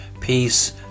peace